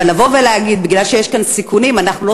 אבל לבוא ולהגיד: מפני שיש כאן סיכונים אנחנו לא